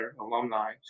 alumni